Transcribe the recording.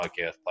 podcast